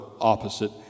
opposite